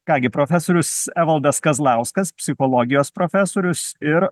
ką gi profesorius evaldas kazlauskas psichologijos profesorius ir